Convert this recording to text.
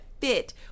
fit